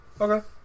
okay